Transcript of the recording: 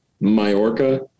Majorca